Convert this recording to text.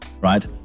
right